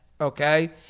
okay